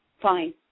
fine